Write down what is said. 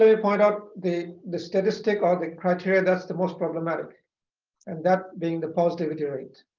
ah point out the the statistic or the criteria that's the most problematic and that being the positiveivity rate.